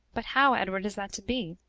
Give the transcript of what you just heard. but how, edward, is that to be?